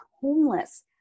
homeless